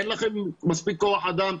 אין לכם מספיק כוח אדם.